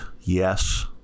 yes